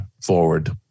forward